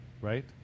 right